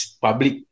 public